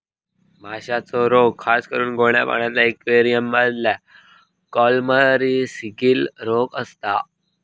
माश्यांचे रोग खासकरून गोड्या पाण्यातल्या इक्वेरियम मधल्या कॉलमरीस, गील रोग असता